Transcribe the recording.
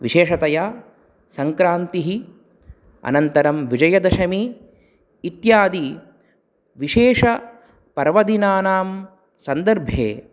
विशेषतया सङ्क्रान्तिः अनन्तरं विजयदशमी इत्यादि विशेषपर्वदिनानां सन्दर्भे